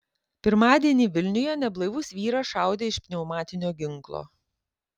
pirmadienį vilniuje neblaivus vyras šaudė iš pneumatinio ginklo